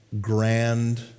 grand